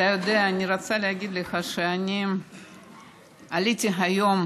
אני רוצה להגיד לך שאני עליתי היום